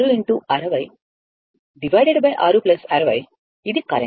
ఇది కరెంట్